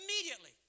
Immediately